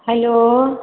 hello